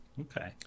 Okay